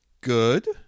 good